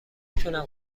تونم